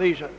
äskat.